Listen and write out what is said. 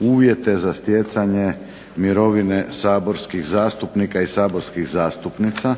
uvjete za stjecanje mirovine saborskih zastupnika i saborskih zastupnica.